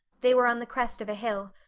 they were on the crest of a hill.